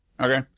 Okay